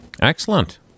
Excellent